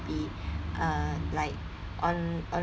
be uh like on on